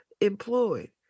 employed